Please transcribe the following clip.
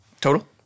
total